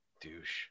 douche